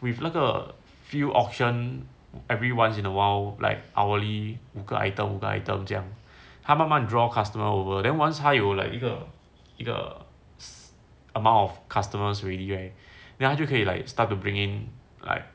with 那个 few auction every once in awhile like hourly 五个 item 五个 item 这样他慢慢 draw customer over then once 还有 like 一个一个 amount of customers already right then 他就可以 like start to bring in like